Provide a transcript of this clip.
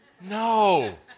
No